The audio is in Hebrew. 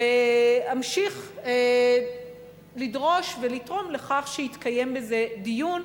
ואמשיך לדרוש ולתרום לכך שיתקיים בזה דיון,